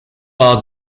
arts